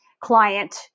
client